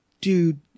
Dude